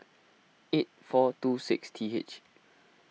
eight four two six T H